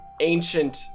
Ancient